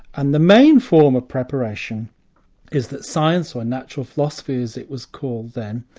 and the main form of preparation is that science, or natural philosophy as it was called then,